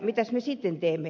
mitäs me sitten teemme